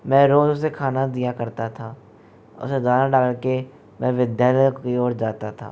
मैं रोज़ उसे खाना दिया करता था उसे दाना डाल कर मैं विद्यालय की ओर जाता था